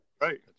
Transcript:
Right